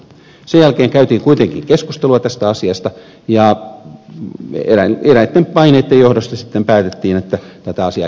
sen jälkeen käytiin kuitenkin keskustelua tästä asiasta ja eräitten paineitten johdosta sitten päätettiin että tätä asiaa käsitellään